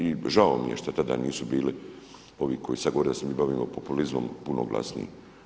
I žao mi je što tada nisu bili ovi koji sad govore da se mi bavimo populizmom puno glasniji.